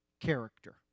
character